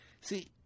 See